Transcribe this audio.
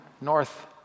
North